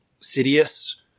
Sidious